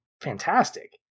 fantastic